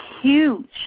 huge